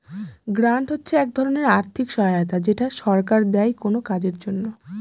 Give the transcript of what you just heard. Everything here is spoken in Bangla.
গ্রান্ট হচ্ছে এক ধরনের আর্থিক সহায়তা যেটা সরকার দেয় কোনো কাজের জন্য